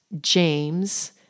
James